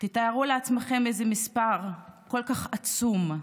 תתארו לעצמכם איזה מספר, כל כך עצום.